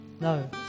No